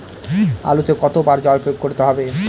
আলুতে কতো বার জল প্রয়োগ করতে হবে?